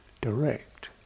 direct